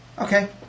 Okay